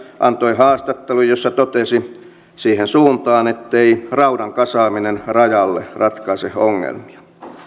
antoi haastattelun jossa totesi siihen suuntaan ettei raudan kasaaminen rajalle ratkaise ongelmia